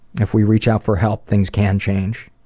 if we reach out for help, things can change.